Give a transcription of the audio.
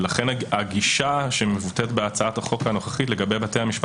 לכן הגישה שמבוטאת בהצעת החוק הנוכחית לגבי בתי המשפט